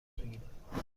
بگیرم